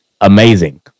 amazing